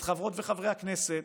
את חברות וחברי הכנסת,